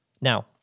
Now